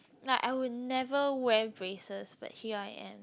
like I would never wear braces but here I am